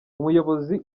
umuyobozi